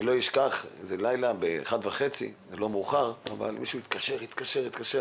לילה אחד בשעה 1:30, מישהו התקשר אלי.